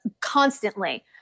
constantly